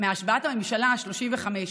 מהשבעת הממשלה השלושים-וחמש.